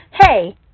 hey